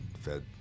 fed